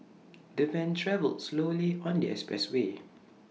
the van travelled slowly on the expressway